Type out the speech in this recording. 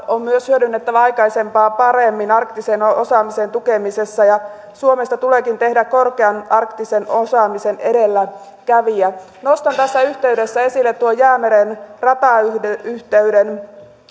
on myös hyödynnettävä aikaisempaa paremmin arktisen osaamisen tukemisessa ja suomesta tuleekin tehdä korkean arktisen osaamisen edelläkävijä nostan tässä yhteydessä esille jäämeren ratayhteyden